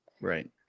Right